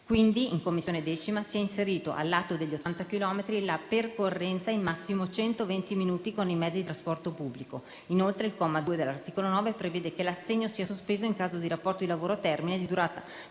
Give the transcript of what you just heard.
In 10a Commissione si è inserita al lato degli 80 km la percorrenza in massimo centoventi minuti con i mezzi di trasporto pubblico. Inoltre, il comma 2 dell'articolo 9 prevede che l'assegno sia sospeso in caso di rapporto di lavoro a termine di durata